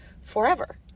forever